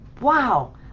wow